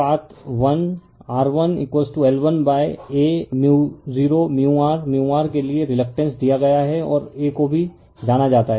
refer slide time 1114 इसलिए path 1 R1L1Aµ0µrµr के लिए रिलकटेंस दिया गया हैं और A को भी जाना जाता है